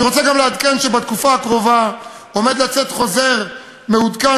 אני רוצה גם לעדכן שבתקופה הקרובה עומד לצאת חוזר מעודכן